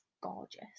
gorgeous